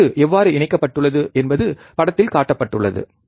சுற்று எவ்வாறு இணைக்கப்பட்டுள்ளது என்பது படத்தில் காட்டப்பட்டுள்ளது